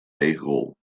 deegrol